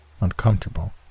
uncomfortable